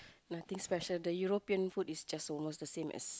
nothing special the European food is just almost the same as